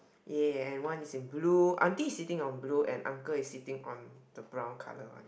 ya and one is in blue auntie is sitting on blue uncle is sitting on the brown colour one